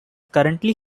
currently